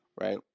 Right